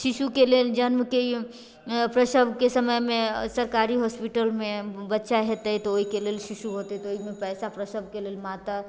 शिशुके लेल जन्मके प्रसवके समयमे सरकारी हॉस्पिटलमे बच्चा हेतै तऽ ओहिके लेल शिशु होतै तऽ ओहिमे पैसा प्रसवके लेल माता